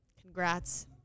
Congrats